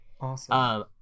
Awesome